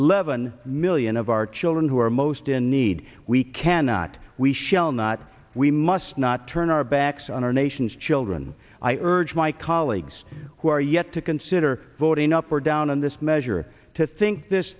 to levon million of our children who are most in need we cannot we shall not we must not turn our backs on our nation's children i urge my colleagues who are yet to consider voting up or down on this measure to think this